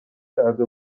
کرده